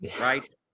Right